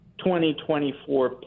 2024